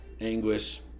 anguish